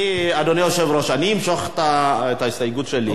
אדוני היושב-ראש, אני אמשוך את ההסתייגות שלי.